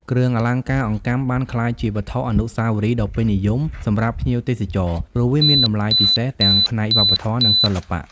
គ្រឿងអលង្ការអង្កាំបានក្លាយជាវត្ថុអនុស្សាវរីយ៍ដ៏ពេញនិយមសម្រាប់ភ្ញៀវទេសចរ ព្រោះវាមានតម្លៃពិសេសទាំងផ្នែកវប្បធម៌ និងសិល្បៈ។